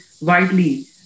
widely